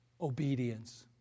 obedience